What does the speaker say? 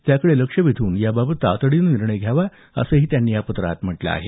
त्याकडे लक्ष वेधून याबाबत तातडीने निर्णय करावा असं त्यांनी या पत्रात म्हटलं आहे